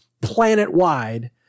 planet-wide